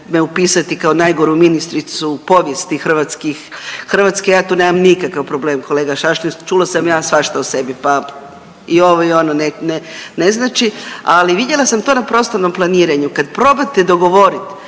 me upisati kao najgoru ministricu u povijesti Hrvatske. Ja tu nemam nikakav problem kolega Šašlin. Čula sam ja svašta o sebi pa i ovo i ono, ne znači, ali vidjela sam to na prostornom planiranju kad probate dogovoriti.